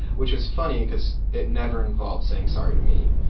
which was funny because it never involved saying sorry to me.